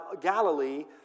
Galilee